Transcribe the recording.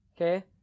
Okay